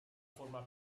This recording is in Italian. forma